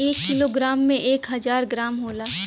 एक kilogram में एक हजार ग्राम होला